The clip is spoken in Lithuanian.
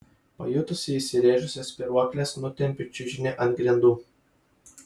pajutusi įsirėžusias spyruokles nutempiu čiužinį ant grindų